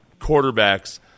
quarterbacks